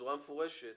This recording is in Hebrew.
בצורה מפורשת